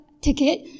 ticket